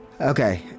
Okay